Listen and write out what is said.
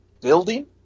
building